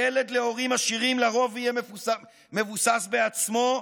ילד להורים עשירים לרוב יהיה מבוסס בעצמו,